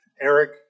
Eric